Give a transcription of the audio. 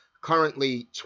currently